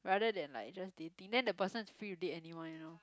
rather than like just dating then the person is free to date anyone you know